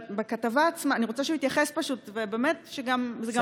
אני רוצה שהוא יתייחס, פשוט, וזה באמת גם להבא.